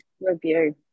review